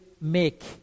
make